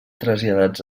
traslladats